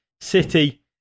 City